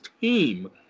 team